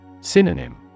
Synonym